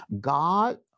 God